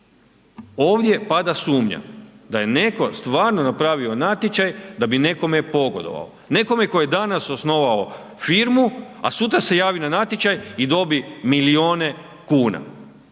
Ovdje pada sumnja da je neko stvarno napravio natječaj da bi nekome pogodovao, nekome tko je danas osnovao firmu, a sutra se javi na natječaj i dobi milione kuna.